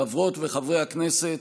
חברות וחברי הכנסת,